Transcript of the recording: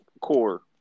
core